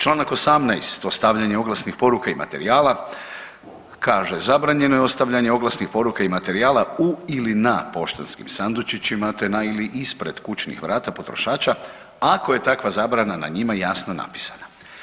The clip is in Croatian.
Čl. 18 o stavljanju oglasnih poruka i materijala kaže, zabranjeno je ostavljanje oglasnih poruka i materijala u ili na poštanskim sandučićima te na ili ispred kućnih vrata potrošača ako je takva zabrana na njima jasno napisana.